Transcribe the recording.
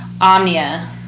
Omnia